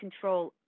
control